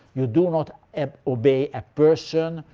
you do not obey a person.